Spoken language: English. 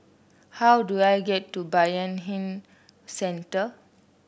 how do I get to Bayanihan Centre